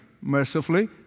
mercifully